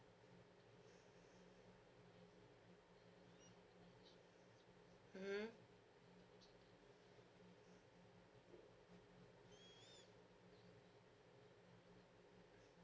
mmhmm